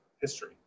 history